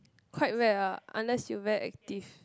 quite bad ah unless you very active